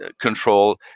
control